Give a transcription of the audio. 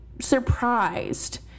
surprised